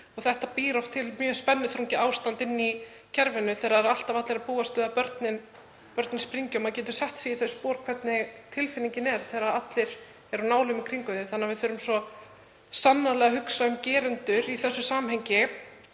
Það býr oft til mjög spennuþrungið ástand inni í kerfinu þegar allir búast alltaf við að börnin springi. Maður getur sett sig í þau spor, hvernig tilfinningin er þegar allir eru á nálum í kringum þig. Þannig að við þurfum svo sannarlega að hugsa um gerendur í þessu samhengi